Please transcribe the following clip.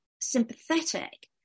sympathetic